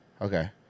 okay